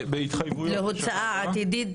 בהתחייבויות לשנה הקרובה --- להוצאה עתידית,